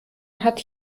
hat